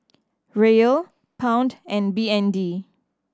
Riyal Pound and B N D